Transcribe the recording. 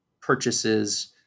purchases